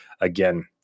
again